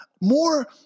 more